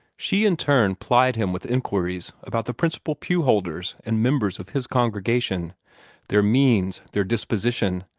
she in turn plied him with inquiries about the principal pew-holders and members of his congregation their means, their disposition,